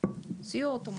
סיוע אוטומטי.